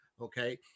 Okay